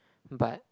but